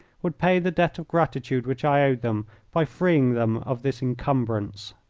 would pay the debt of gratitude which i owed them by freeing them of this encumbrance.